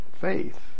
faith